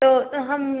तो हम